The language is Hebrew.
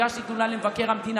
הגשתי תלונה למבקר המדינה,